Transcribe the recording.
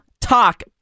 talk